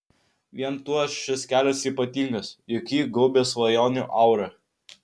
vien tuo šis kelias ypatingas juk jį gaubia svajonių aura